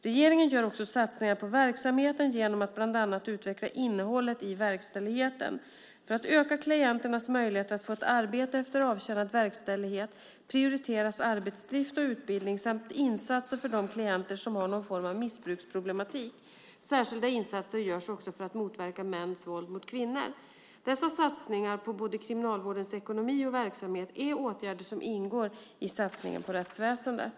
Regeringen gör också satsningar på verksamheten genom att bland annat utveckla innehållet i verkställigheten. För att öka klienternas möjligheter att få ett arbete efter avtjänad verkställighet, prioriteras arbetsdrift och utbildning samt insatser för de klienter som har någon form av missbruksproblematik. Särskilda insatser görs också för att motverka mäns våld mot kvinnor. Dessa satsningar på både Kriminalvårdens ekonomi och verksamhet är åtgärder som ingår i satsningen på rättsväsendet.